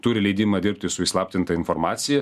turi leidimą dirbti su įslaptinta informacija